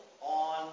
on